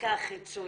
בדיקה חיצונית.